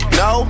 no